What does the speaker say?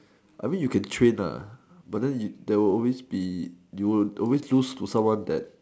I mean you can train but then that will always be you will always lose to someone that